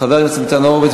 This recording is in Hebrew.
חבר הכנסת ניצן הורוביץ,